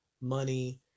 money